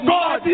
God